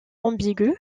ambigu